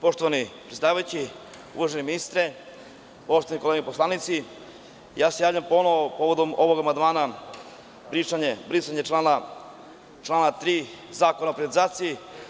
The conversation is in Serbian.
Poštovani predsedavajući, uvaženi ministre, poštovane kolege poslanici, javljam se ponovo povodom ovog amandmana, brisanje člana 3. Zakona o privatizaciji.